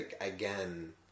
again